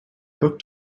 booked